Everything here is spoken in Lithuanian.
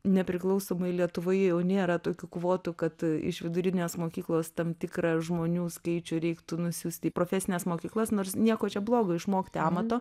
nepriklausomoj lietuvoje jau nėra tokių kvotų kad iš vidurinės mokyklos tam tikrą žmonių skaičių reiktų nusiųst į profesines mokyklas nors nieko čia blogo išmokti amato